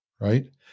right